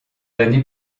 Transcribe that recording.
années